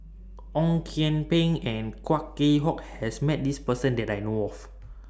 Ong Kian Peng and Kwa Geok Choo has Met This Person that I know of